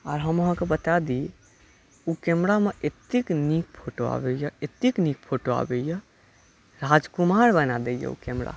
आर हम आहाँ के बताय दी ओ कैमरामे एतेक नीक फोटो आबैया एतेक नीक फोटो आबैया राजकुमार बना दैया ओ कैमरा